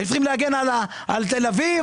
הם צריכים להגן על תל אביב,